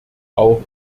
auch